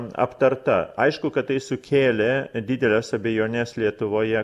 aptarta aišku kad tai sukėlė dideles abejones lietuvoje